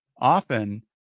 often